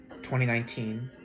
2019